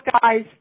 guys